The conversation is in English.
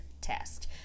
test